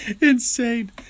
insane